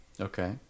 Okay